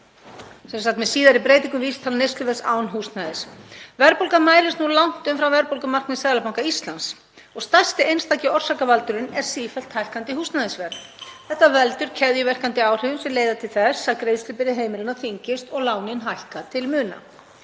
með síðari breytingum, vísitala neysluverðs án húsnæðis. Verðbólgan mælist langt umfram verðbólgumarkmið Seðlabanka Íslands og stærsti einstaki orsakavaldurinn er sífellt hækkandi húsnæðisverð. Þetta veldur keðjuverkandi áhrifum sem leiða til þess að greiðslubyrði heimilanna þyngist og lánin hækka til muna.